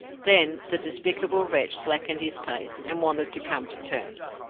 then the despicable wretch slackened his pace, and wanted to come to terms.